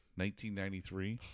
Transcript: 1993